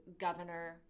governor